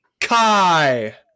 Kai